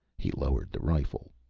he lowered the rifle.